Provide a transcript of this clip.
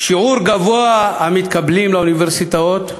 שיעור גבוה של המתקבלים לאוניברסיטאות,